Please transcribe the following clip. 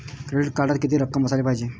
Credit कार्डात कितीक रक्कम असाले पायजे?